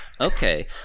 Okay